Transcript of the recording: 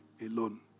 alone